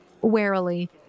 warily